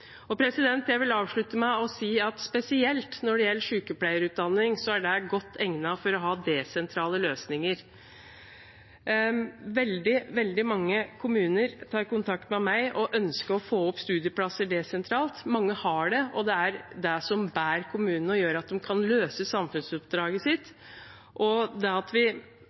Jeg vil avslutte med å si at spesielt sykepleierutdanningen er godt egnet for å ha desentrale løsninger. Veldig mange kommuner tar kontakt med meg og ønsker å få opp studieplasser desentralt. Mange har det, og det er det som bærer kommunene og gjør at de kan løse samfunnsoppdraget sitt, og det at vi